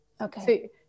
Okay